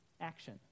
action